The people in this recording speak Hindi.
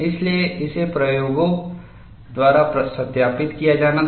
इसलिए इसे प्रयोगों द्वारा सत्यापित किया जाना था